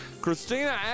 Christina